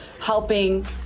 helping